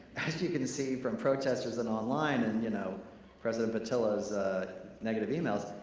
as you can see from protesters and online and you know president petillo's negative emails,